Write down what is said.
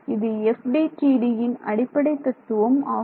இது FDTDயின் அடிப்படைத் தத்துவம் ஆகும்